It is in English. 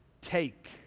take